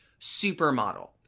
supermodel